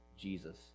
Jesus